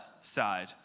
side